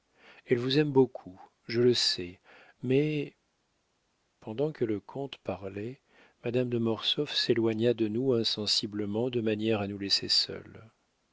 elle vous aime beaucoup je le sais mais pendant que le comte parlait madame de mortsauf s'éloigna de nous insensiblement de manière à nous laisser seuls